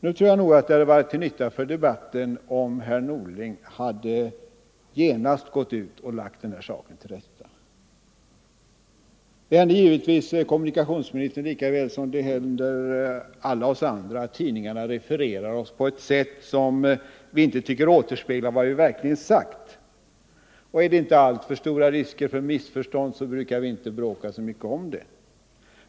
Det hade nog varit till nytta för debatten om herr Norling genast gått ut och lagt denna sak till rätta. Det händer givetvis kommunikationsministern lika väl som det händer oss andra att tidningarna refererar oss på ett sätt som vi inte tycker återspeglar vad vi verkligen sagt. Är det inte alltför stora risker för missförstånd, brukar vi inte bråka så mycket om det.